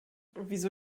wieso